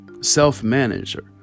self-manager